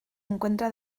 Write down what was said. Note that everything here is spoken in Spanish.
encuentra